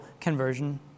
conversion